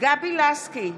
גבי לסקי,